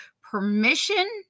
permission